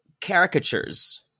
caricatures